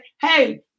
hey